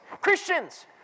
Christians